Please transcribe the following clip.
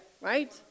right